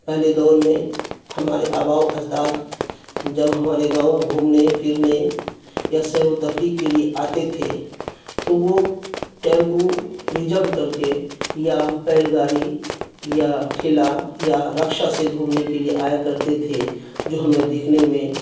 پہلے دور میں ہمارے آبا و اجداد جب ہمارے گاؤں گھومنے پھرنے یا سیر و تفریح کے لیے آتے تھے تو وہ ٹیمپو ریزرو کر کے یا بیل گاری یا ٹھیلا یا رکشہ سے گھومنے کے لیے آیا کرتے تھے جو ہمیں دیکھنے میں